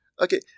okay